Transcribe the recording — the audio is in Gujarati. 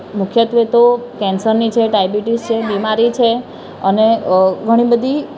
મુખ્યત્ત્વે તો કૅન્સરની છે ડાયબિટીઝ છે બીમારી છે અને ઘણી બધી